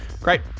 Great